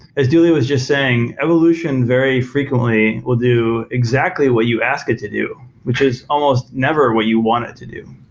as dule was just saying, evolution very frequently will do exactly what you asked it to do, which is almost never what you wanted to do.